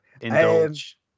Indulge